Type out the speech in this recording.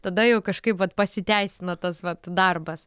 tada jau kažkaip vat pasiteisina tas vat darbas